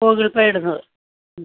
Google Pay ഇടുന്നത്